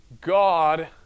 God